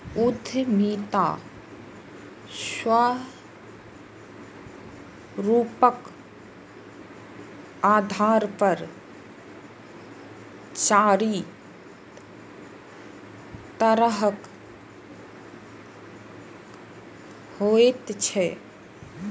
उद्यमिता स्वरूपक आधार पर चारि तरहक होइत छैक